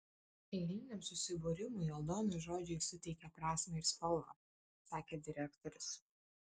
eiliniam susibūrimui aldonos žodžiai suteikia prasmę ir spalvą sakė direktorius